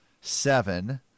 seven